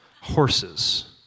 horses